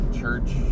church